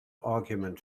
argument